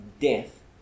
death